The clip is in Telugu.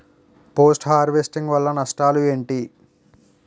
పోస్ట్ హార్వెస్టింగ్ వల్ల నష్టాలు ఏంటి?